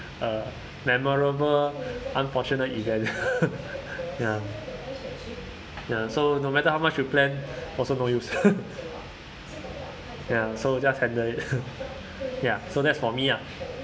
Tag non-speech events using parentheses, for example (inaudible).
a memorable unfortunate event (laughs) ya ya so no matter how much you plan also no use (laughs) ya so just handle it ya so that's for me lah